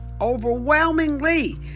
overwhelmingly